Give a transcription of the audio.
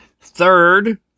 Third